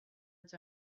its